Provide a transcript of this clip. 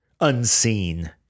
unseen